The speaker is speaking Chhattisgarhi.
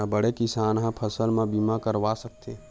का बड़े किसान ह फसल बीमा करवा सकथे?